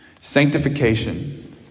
Sanctification